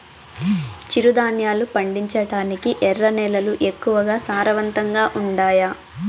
చిరుధాన్యాలు పండించటానికి ఎర్ర నేలలు ఎక్కువగా సారవంతంగా ఉండాయా